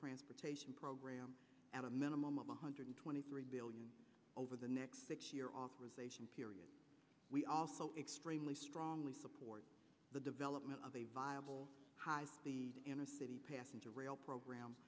transportation program at a minimum of one hundred twenty three billion over the next six year authorization period we also extremely strongly support the development of a viable inner city passenger rail program